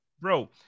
bro